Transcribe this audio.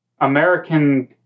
American